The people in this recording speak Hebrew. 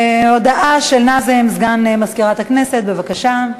הודעה של נאזם, סגן מזכירת הכנסת, בבקשה.